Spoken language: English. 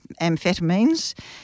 amphetamines